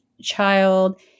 child